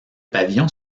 pavillon